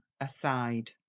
aside